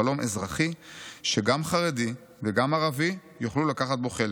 חלום אזרחי שגם חרדי וגם ערבי יוכלו לקחת בו חלק.